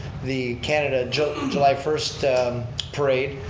the canada july and july first parade,